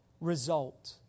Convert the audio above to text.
result